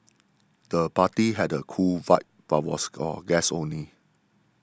the party had a cool vibe but was for guests only